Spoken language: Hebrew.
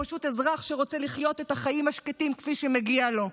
או פשוט אזרח שרוצה לחיות את החיים השקטים כפי שמגיע לו.